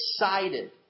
excited